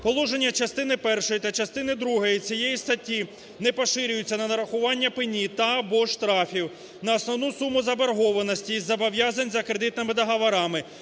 "Положення частини першої та частини другої цієї статті не поширюються на нарахування пені та (або) штрафів на основну суму заборгованості і зобов'язань за кредитними договорами